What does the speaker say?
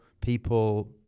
people